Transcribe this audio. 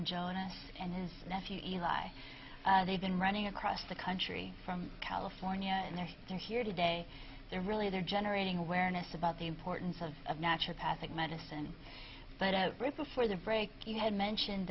i and his nephew eli they've been running across the country from california and they're they're here today they're really they're generating awareness about the importance of of natural path medicine but out right before the break you had mentioned